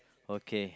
okay